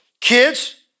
Kids